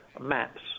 maps